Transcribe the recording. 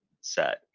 set